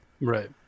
Right